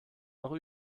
noch